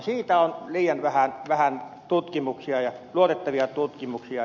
siitä on liian vähän luotettavia tutkimuksia